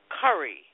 curry